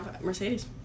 Mercedes